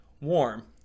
warm